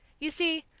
you see,